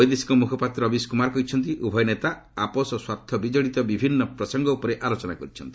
ବୈଦେଶିକ ମୁଖପାତ୍ର ରବୀଶ କୁମାର କହିଛନ୍ତି ଉଭୟ ନେତା ଆପୋଷ ସ୍ୱାର୍ଥ ବିକଡ଼ିତ ବିଭିନ୍ନ ପ୍ରସଙ୍ଗ ଉପରେ ଆଲୋଚନା କରିଛନ୍ତି